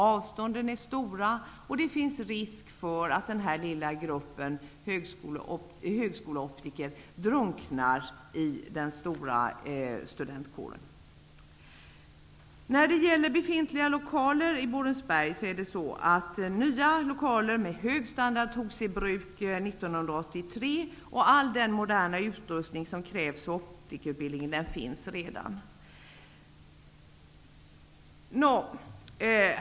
Avstånden är stora, och det finns en risk för att den lilla gruppen högskoleoptiker drunknar i den stora studentkåren. Borensberg, och all den moderna utrustning som krävs för optikerundervisningen finns redan.